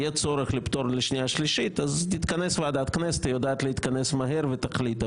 אם יהיה צורך לפטור לשנייה ושלישית אז תתכנס ועדת הכנסת ותחליט על זה.